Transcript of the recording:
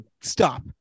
stop